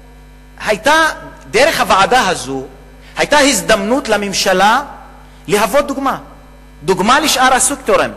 דרך הוועדה הזאת היתה הזדמנות לממשלה להוות דוגמה לשאר הסקטורים,